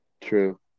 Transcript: True